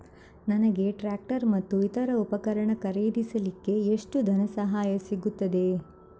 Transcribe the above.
ನನಗೆ ಟ್ರ್ಯಾಕ್ಟರ್ ಮತ್ತು ಇತರ ಉಪಕರಣ ಖರೀದಿಸಲಿಕ್ಕೆ ಎಷ್ಟು ಧನಸಹಾಯ ಸಿಗುತ್ತದೆ?